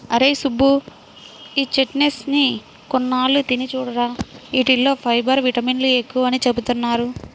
అరేయ్ సుబ్బు, ఈ చెస్ట్నట్స్ ని కొన్నాళ్ళు తిని చూడురా, యీటిల్లో ఫైబర్, విటమిన్లు ఎక్కువని చెబుతున్నారు